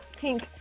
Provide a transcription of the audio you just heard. pink